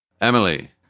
Emily